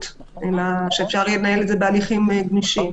אלא שאפשר יהיה לנהל את זה בהליכים גמישים.